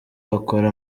bakora